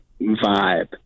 vibe